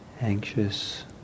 anxious